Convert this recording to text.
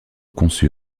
conçu